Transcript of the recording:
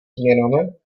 změnami